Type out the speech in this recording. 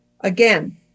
again